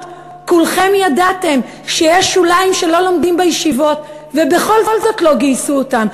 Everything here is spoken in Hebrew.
כולכם ידעתם שיש שוליים שלא לומדים בישיבות ובכל זאת לא גייסו אותם,